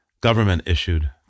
government-issued